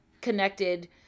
connected